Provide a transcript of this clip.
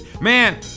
Man